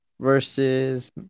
versus